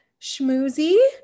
Schmoozy